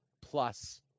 plus